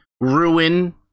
ruin